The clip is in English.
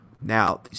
Now